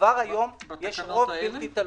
כבר היום יש רוב בלתי תלוי.